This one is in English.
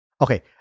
okay